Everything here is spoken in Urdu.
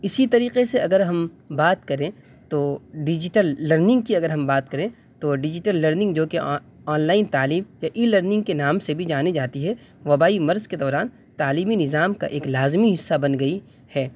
اسی طریقے سے اگر ہم بات کریں تو ڈیجیٹل لرننگ کی اگر ہم بات کریں تو ڈیجیٹل لرننگ جوکہ آنلائن تعلیم یا ای لرننگ کے نام سے بھی جانی جاتی ہے وبائی مرض کے دوران تعلیمی نظام کا ایک لازمی حصہ بن گئی ہے